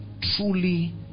truly